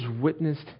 witnessed